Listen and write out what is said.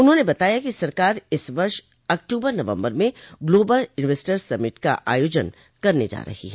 उन्होंने बताया कि सरकार इस वर्ष अक्टूबर नवम्बर में ग्लोबल इंवेस्टर्स समिट का आयोजन करने जा रही है